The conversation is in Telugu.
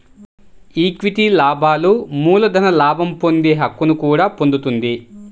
ఈక్విటీ లాభాలు మూలధన లాభం పొందే హక్కును కూడా పొందుతుంది